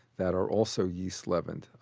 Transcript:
that are also yeast leavened.